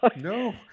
No